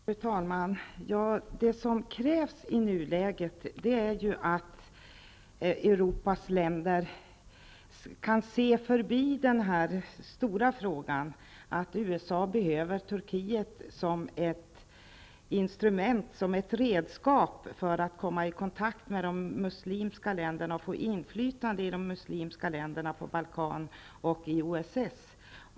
Fru talman! Det som krävs i nuläget är att Europas länder kan se förbi den stora frågan, nämligen att USA behöver Turkiet som ett instrument och redskap för att komma i kontakt med de muslimska länderna och få inflytande i de muslimska länderna, på Balkan och i OSS.